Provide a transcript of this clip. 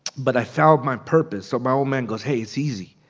but i found my purpose so my old man goes, hey, it's easy.